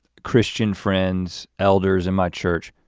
christian friends, elders in my church,